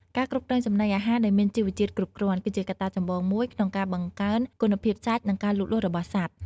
ការគ្រប់គ្រងចំណីអាហារដែលមានជីវជាតិគ្រប់គ្រាន់ គឺជាកត្តាចម្បងមួយក្នុងការបង្កើនគុណភាពសាច់និងការលូតលាស់របស់សត្វ។